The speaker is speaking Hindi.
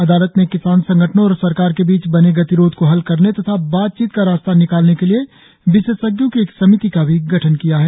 अदालत ने किसान संगठनों और सरकार के बीच बने गतिरोध को हल करने तथा बातचीत का रास्ता निकालने के लिए विशेषज्ञों की एक समिति का भी किया है